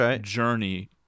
journey